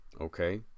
okay